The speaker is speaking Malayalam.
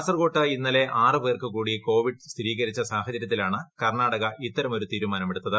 കാസർകോട് ഇന്നലെ ആറ് പേർക്ക് കൂടി കോവിഡ് സ്ഥിരീകരിച്ച സാഹചര്യത്തിലാണ് കർണാടക ഇത്തരമൊരു തീരുമാനമെടുത്തത്